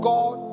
God